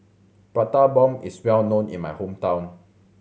Prata Bomb is well known in my hometown